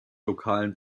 lokalen